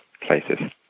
places